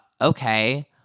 Okay